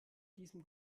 diesem